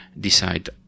decide